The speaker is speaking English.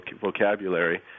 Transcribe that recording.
vocabulary